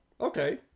okay